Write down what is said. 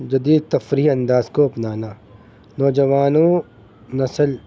جدید تفریح انداز کو اپنانا نوجوانوں نسل